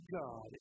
God